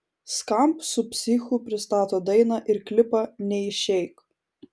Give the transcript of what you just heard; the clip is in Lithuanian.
skamp su psichu pristato dainą ir klipą neišeik